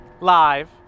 live